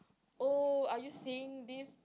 oh are you seeing this